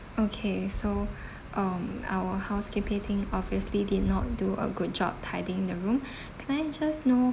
okay so um our housekeeping team obviously did not do a good job tidying the room can I just know